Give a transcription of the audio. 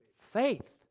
Faith